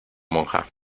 monja